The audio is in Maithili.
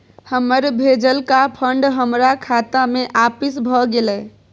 हमर भेजलका फंड हमरा खाता में आपिस भ गेलय